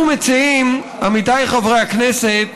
אנחנו מציעים, עמיתיי חברי הכנסת,